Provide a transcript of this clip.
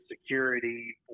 security